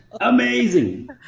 Amazing